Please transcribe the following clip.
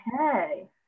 Okay